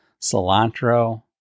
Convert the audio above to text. cilantro